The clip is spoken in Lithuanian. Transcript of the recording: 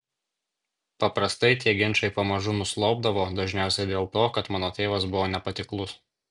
paprastai tie ginčai pamažu nuslopdavo dažniausiai dėl to kad mano tėvas buvo nepatiklus